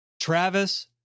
Travis